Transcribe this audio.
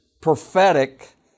prophetic